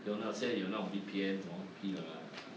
有现在有那种 V_P_N 什么屁 lah